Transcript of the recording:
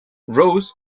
rose